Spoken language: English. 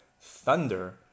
thunder